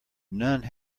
none